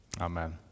Amen